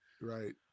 right